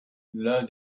l’un